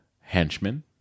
henchmen